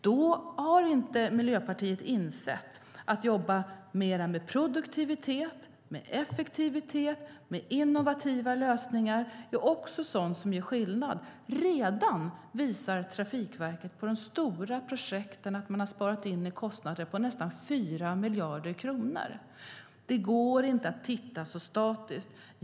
Då har Miljöpartiet inte insett att det handlar om att jobba mer med produktivitet, effektivitet och innovativa lösningar. Det är också sådant som gör skillnad. Trafikverket visar att man på de stora projekten redan har sparat in kostnader på nästan 4 miljarder kronor. Det går inte att titta så statiskt.